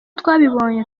twabibonye